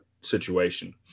situation